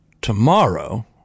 tomorrow